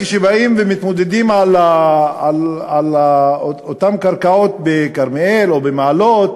כשהם באים ומתמודדים על אותן קרקעות בכרמיאל ובמעלות ובנצרת-עילית,